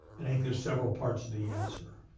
and i think there's several parts to the answer.